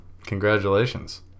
Congratulations